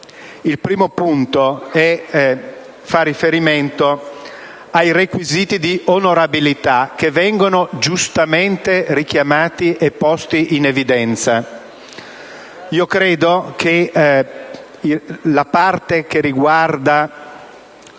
Il primo fa riferimento ai requisiti di onorabilità che vengono giustamente richiamati e posti in evidenza. Credo che la parte che riguarda